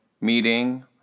meeting